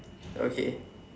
okay